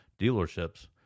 dealerships